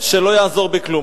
שלא יעזור בכלום".